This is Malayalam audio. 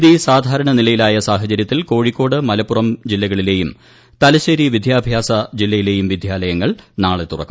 സ്ഥിതി സാധാരണനിലയിലൂായ് ്സാഹചര്യത്തിൽ കോഴിക്കോട് മലപ്പുറം ജില്ലകളിലെയൂം തലശ്ശേരി വിദ്യാഭ്യാസ ജില്ലയിലെയും വിദ്യാലയങ്ങൾ നാളെ തുറക്കും